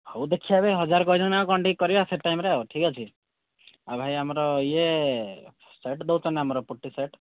ହଉ ଦେଖିବା ଯେ ହଜାର କହିଲ କ'ଣ ଟିକିଏ କରିବା ସେ ଟାଇମ୍ରେ ଆଉ ଠିକ୍ ଅଛି ଆଉ ଭାଇ ଆମର ଇଏ ସେଟ୍ ଦେଉଛନା ଆମର ପୁଟି ସେଟ୍